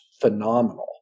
Phenomenal